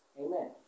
Amen